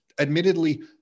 admittedly